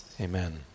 Amen